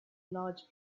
large